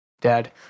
dad